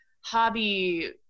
hobby